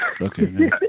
Okay